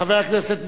חבר הכנסת מיכאלי,